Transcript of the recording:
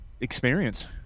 experience